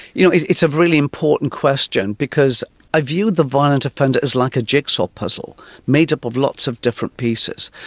you know it's a really important question because i view the violent offender as like a jigsaw puzzle made up of lots of different pieces.